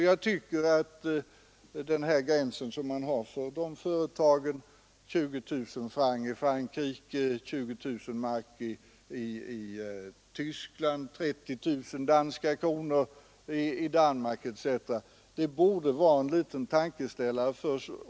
Jag tycker att den gräns man i andra europeiska länder har för de företagen — 20 000 franc i Frankrike, 20 000 mark i Tyskland och 30 000 danska kronor i Danmark — borde ge oss en liten tankeställare.